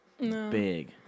Big